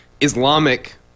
Islamic